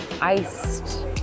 iced